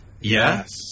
Yes